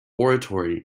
oratory